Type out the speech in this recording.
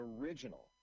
original